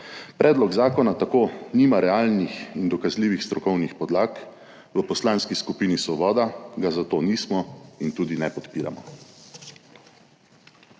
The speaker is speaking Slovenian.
Predlog zakona tako nima realnih in dokazljivih strokovnih podlag. V Poslanski skupini Svoboda ga zato nismo in tudi ne podpiramo.